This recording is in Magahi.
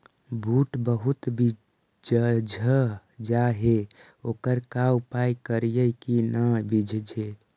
बुट बहुत बिजझ जा हे ओकर का उपाय करियै कि न बिजझे?